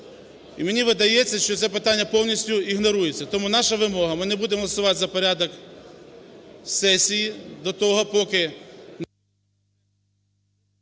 І мені видається, що це питання повністю ігнорується. Тому наша вимога: ми не будемо голосувати за порядок сесії до того, поки…